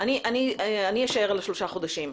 אני אשאר על השלושה חודשים,